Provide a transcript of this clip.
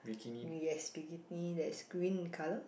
yes bikini that's green in colour